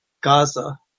Gaza